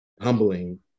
Humbling